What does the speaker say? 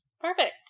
perfect